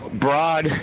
broad